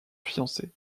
fiancé